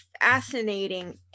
fascinating